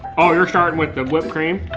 oh, you're starting with the whipped cream?